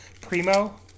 Primo